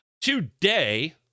today